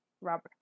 Robert